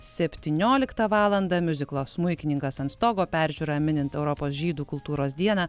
septynioliktą valandą miuziklo smuikininkas ant stogo peržiūra minint europos žydų kultūros dieną